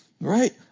right